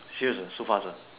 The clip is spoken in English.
serious ah so fast ah